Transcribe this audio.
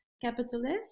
capitalist